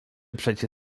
przecie